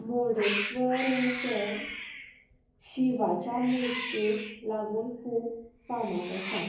मुर्डेश्वर हें शहर शिवाच्या मुर्तेक लागून खूब फामाद आसा